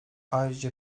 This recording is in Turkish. ayrıca